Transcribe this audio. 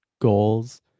goals